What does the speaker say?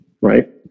right